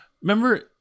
Remember